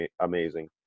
amazing